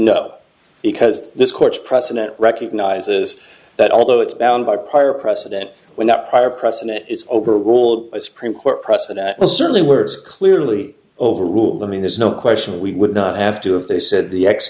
no because this court's precedent recognizes that although it's bound by prior precedent when that prior precedent is over all supreme court precedent will certainly were clearly overruled i mean there's no question we would not have to if they said the